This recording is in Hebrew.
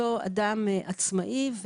אותו אדם עצמאי.